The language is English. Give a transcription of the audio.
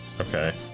Okay